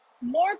more